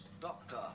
Doctor